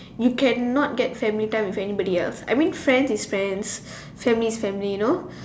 you can not get family time with anybody else I mean friends is friends family is family you know